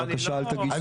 בבקשה אל תגיד.